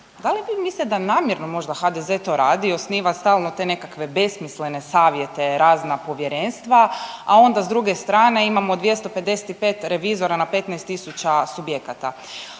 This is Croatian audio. Da li vi mislite da namjerno HDZ to radi i osniva stalno te nekakve besmislene savjete, razna povjerenstva, a onda s druge strane imamo 255 revizora na 15.000 subjekata?